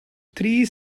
three